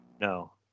No